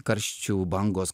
karščių bangos